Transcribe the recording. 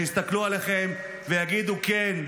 שיסתכלו עליכם ויגידו: כן,